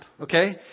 okay